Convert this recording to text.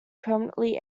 permanently